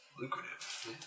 Lucrative